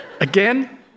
Again